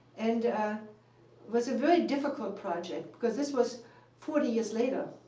and ah was a very difficult project, because this was forty years later.